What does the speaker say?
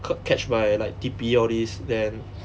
cat~ catch by like T_P all these then